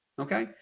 Okay